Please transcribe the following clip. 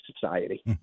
society